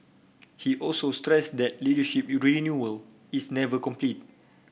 he also stressed that leadership renewal is never complete